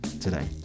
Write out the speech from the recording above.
today